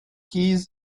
keys